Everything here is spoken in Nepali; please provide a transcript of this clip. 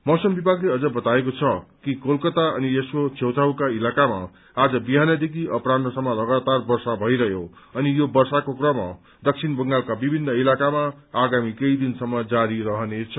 मौसम विभागले अझ बताएको छ कि कलकता अनि यसको छेउछाउका इलाकामा आज बिहानदेखि अपरान्हसम्म लगातार वर्षा भइरहयो अनि यो वर्षाको क्रम दक्षिण बंगालका विभित्र इलाकामा आगामी केही दिनसम्म जारी रहनेछ